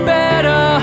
better